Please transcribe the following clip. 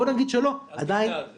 בוא נגיד שלא -- אל תבנה על זה.